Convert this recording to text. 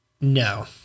No